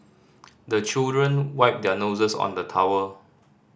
the children wipe their noses on the towel